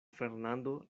fernando